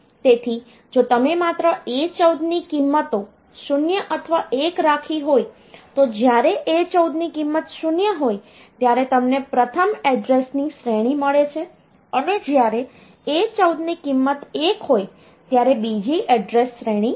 તેથી જો તમે માત્ર A14 ની કિંમતો 0 અથવા 1 રાખી હોય તો જ્યારે A14 ની કિંમત 0 હોય ત્યારે તમને પ્રથમ એડ્રેસની શ્રેણી મળે છે અને જ્યારે A14 ની કિંમત 1 હોય ત્યારે બીજી એડ્રેસ શ્રેણીમળે છે